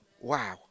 Wow